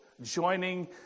joining